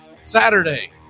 Saturday